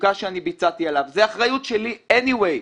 התחזוקה שאני ביצעתי עליו היא אחריות שלי בכל מקרה.